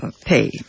pay